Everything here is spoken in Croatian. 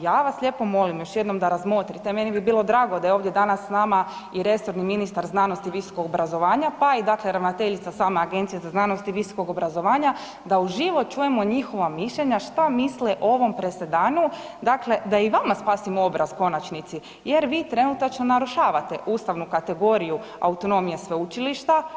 Ja vas lijepo molim da još jednom razmotrite, meni bi bilo drago da je ovdje danas s nama i resorni ministar znanosti i visokog obrazovanja pa i sama ravnateljica Agencije za znanost i visokog obrazovanja da u živo čujemo njihova mišljenja šta misle o ovom presedanu da i vama spasim obraz u konačnici jer vi trenutačno narušavate ustavnu kategoriju autonomije sveučilišta.